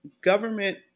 government